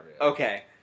Okay